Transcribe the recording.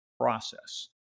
process